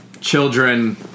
children